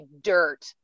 dirt